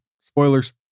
spoilers